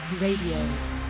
Radio